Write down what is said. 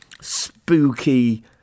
spooky